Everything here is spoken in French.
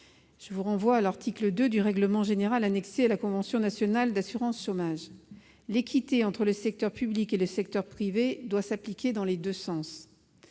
je vous renvoie à l'article 2 du règlement général annexé à la convention nationale d'assurance chômage. L'équité entre le secteur public et le secteur privé doit s'appliquer dans les deux sens.